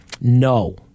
No